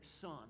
son